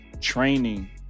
training